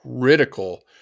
critical